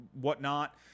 whatnot